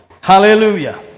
Hallelujah